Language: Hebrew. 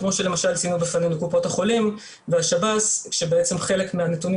כמו שלמשל ציינו בפנינו קופות החולים והשב"ס שחלק מהנתונים